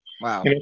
Wow